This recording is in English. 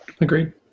Agreed